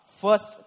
First